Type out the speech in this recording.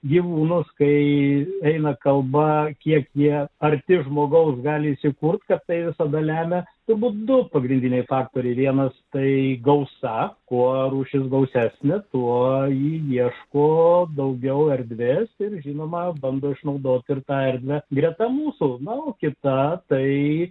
gyvūnus kai eina kalba kiek jie arti žmogaus gali įsikurti kad tai visada lemia nubundu pagrindiniai faktoriai vienas tai gausa koja rūšis gausesnė tuo ji ieško daugiau erdvės ir žinoma bando išnaudoti ir tą erdvę greta mūsų na o kita tai